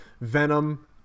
Venom